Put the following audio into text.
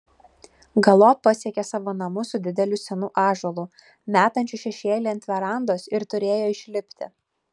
galop pasiekė savo namus su dideliu senu ąžuolu metančiu šešėlį ant verandos ir turėjo išlipti